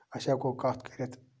أسۍ ہیٚکَو کَتھ کٔرِتھ